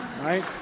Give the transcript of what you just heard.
right